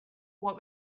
what